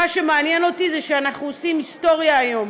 מה שמעניין אותי הוא שאנחנו עושים היסטוריה היום.